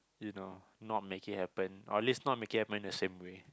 you know not make it happen or at least not make it happen in the same way